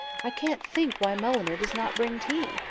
i can't think why mulliner does not bring tea.